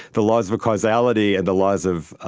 the laws of causality and the laws of, ah